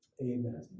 Amen